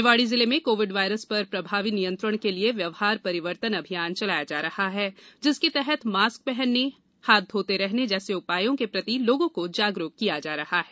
निवाड़ी जिले में covid virus पर प्रभावी नियंत्रण के लिए व्यवहार परिवर्तन अभियान चलाया जा रहा है जिसके तहत मास्क पहनने हाथ धोते रहने जैसे उपायों के प्रति लोगों को जागरुक किया जा रहा है